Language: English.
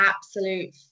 absolute